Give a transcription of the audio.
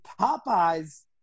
Popeye's